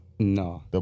No